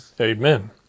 Amen